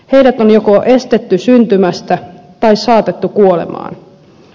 heidät on joko estetty syntymästä tai saatettu kuolemaan